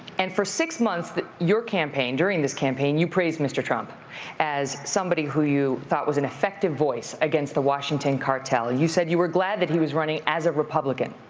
and for six months that your campaign, during this campaign, you praised mr. trump as somebody who you thought was an effective voice against the washington cartel. and you said you were glad that he was running as a republican.